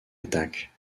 attaque